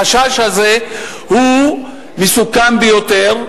החשש הזה הוא מסוכן ביותר,